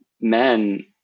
men